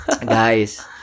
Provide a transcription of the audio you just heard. Guys